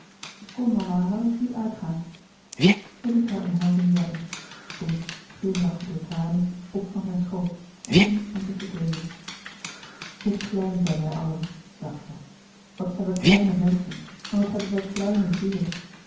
kom mama laat ons nu uitgaan zij liet hare omhelzing zakken stond glimlachend door tranen op van zijn schoot en ging om zich te kleeden louis couperus de boeken der kleine zielen hoe klein zijn wij allen dacht zij wat zijn wij kleine menschen en wat hebben wij kleine zielen